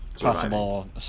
possible